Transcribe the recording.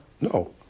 No